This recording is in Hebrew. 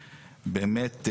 באמת,